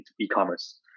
e-commerce